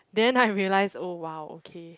then I realised oh !wow! okay